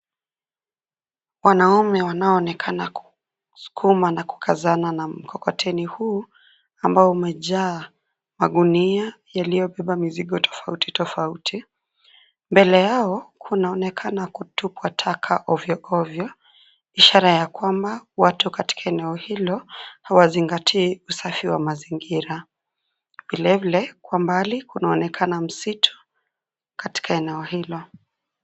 Wanaume wanao onekana kusukuma na kukazana na mkokoteni huu ambao umejaa magunia yaliyobeba mizigo tofauti tofauti. Mbele yao, kunaonekana kutupwa taka ovyo ovyo ishara ya kwamba, watu katika eneo hilo hawazingatii usafi wa mazingira, vilevile, kwa mbali kunaonekana msitu katika eneo hilo.